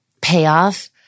payoff